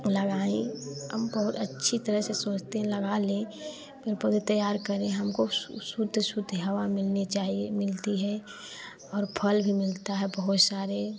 लगाएँ हम बहुत अच्छी तरह से सोचते हैं लगा लें पेड़ पौधे तैयार करें हमको शुद्ध शुद्ध हवा मिलने चाहिए मिलती है और फल भी मिलता है बहुत सारे